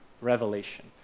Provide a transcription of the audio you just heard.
revelation